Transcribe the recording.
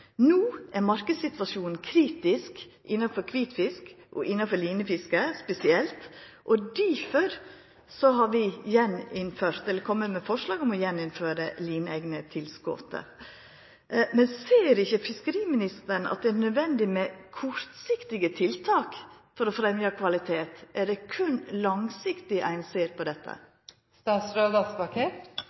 No er marknadssituasjonen kritisk innanfor kvitfisk og innanfor linefisket spesielt, og difor har vi kome med forslag om å gjeninnføra lineegnetilskotet. Men ser ikkje fiskeriministeren at det er nødvendig med kortsiktige tiltak for å fremja kvalitet? Er det berre langsiktig ein ser på dette?